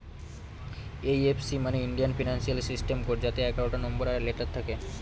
IFC মানে Indian financial system code যাতে এগারোটা নম্বর আর লেটার থাকে